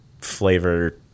flavor